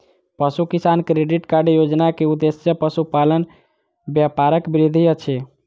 पशु किसान credit card योजना के उद्देश्य पशुपालन व्यापारक वृद्धि अछि